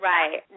Right